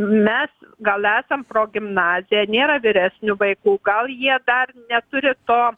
mes gal esam progimnazija nėra vyresnių vaikų gal jie dar neturi to